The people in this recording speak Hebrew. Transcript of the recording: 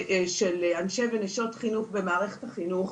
של אנשי ונשות חינוך במערכת החינוך,